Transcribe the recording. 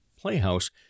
playhouse